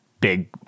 big